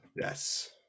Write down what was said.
Yes